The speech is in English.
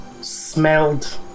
smelled